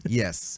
yes